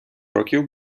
років